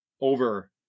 over